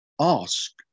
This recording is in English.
ask